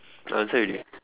I answer already